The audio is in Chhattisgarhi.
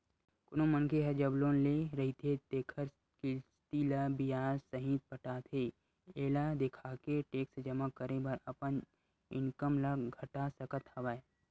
कोनो मनखे ह जब लोन ले रहिथे तेखर किस्ती ल बियाज सहित पटाथे एला देखाके टेक्स जमा करे बर अपन इनकम ल घटा सकत हवय